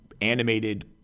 animated